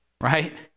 right